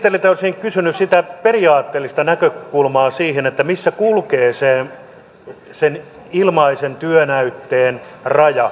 ministeriltä olisin kysynyt sitä periaatteellista näkökulmaa siihen missä kulkee sen ilmaisen työnäytteen raja